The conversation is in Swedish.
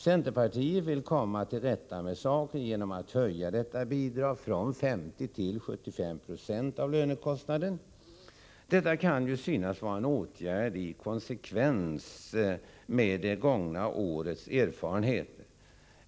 Centerpartiet vill komma till rätta med den saken genom att höja detta bidrag från 50 till 75 96 av lönekostnaderna. Detta kan synas vara en åtgärd i konsekvens med det gångna årets erfarenheter.